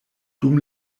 dum